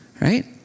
right